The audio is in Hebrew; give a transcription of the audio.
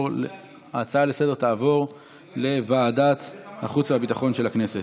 ההצעה לסדר-היום תעבור לוועדת החוץ והביטחון של הכנסת.